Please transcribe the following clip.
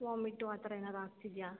vomit ಆ ಥರ ಏನಾದ್ರು ಆಗ್ತಿದೆಯಾ